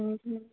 आणखीन